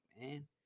man